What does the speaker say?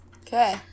okay